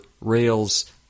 Rails